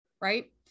right